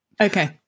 Okay